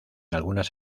algunas